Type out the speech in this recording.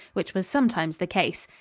which was sometimes the case.